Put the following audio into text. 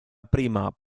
prima